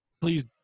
please